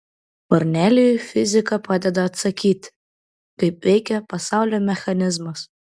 kornelijui fizika padeda atsakyti kaip veikia pasaulio mechanizmas